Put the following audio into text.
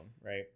right